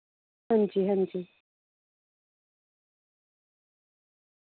हां जी हां जी